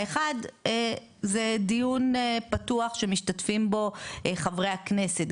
האחד זה דיון פתוח שמשתתפים בו חברי הכנסת,